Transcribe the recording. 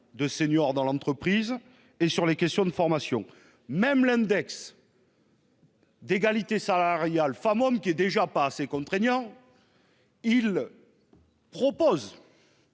de seniors dans l'entreprise et sur les questions de formation même l'index. D'égalité salariale femmes-hommes qui est déjà pas assez contraignant. Il. Propose.